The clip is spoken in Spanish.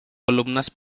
columnas